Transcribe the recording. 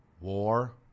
war